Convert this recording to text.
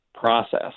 process